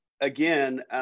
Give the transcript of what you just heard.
again